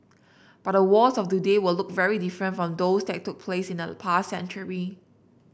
but the wars of today will look very different from those that took place in the past century